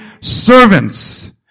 servants